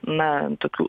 na tokių